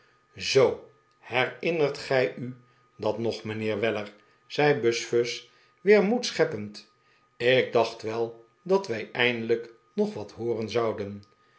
zoo herinnert gij u dat nog mijnheer weller zei buzfuz weer moed scheppend ik dacht wel dat wij eindelijk nog wat hooren zouden